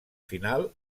final